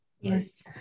Yes